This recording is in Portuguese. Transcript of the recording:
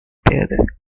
pedra